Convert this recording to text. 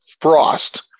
frost